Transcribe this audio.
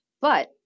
But-